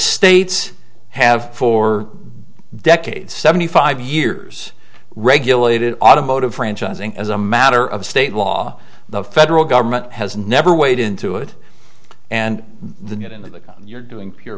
states have for decades seventy five years regulated automotive franchising as a matter of state law the federal government has never weighed into it and the net in the you're doing pure